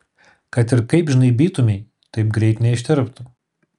kad ir kaip žnaibytumei taip greitai neištirptų